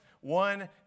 one